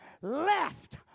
left